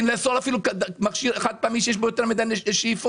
לאסור מכשיר חד פעמי שיש בו יותר מידי שאיפות,